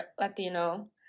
Latino